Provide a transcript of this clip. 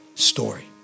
story